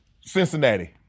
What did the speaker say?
Cincinnati